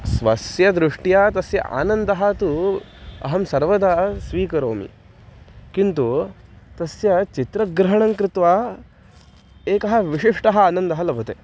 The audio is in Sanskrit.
स्वस्य दृष्ट्या तस्य आनन्दं तु अहं सर्वदा स्वीकरोमि किन्तु तस्य चित्रग्रहणङ्कृत्वा एकः विशिष्टः आनन्दः लभते